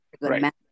Right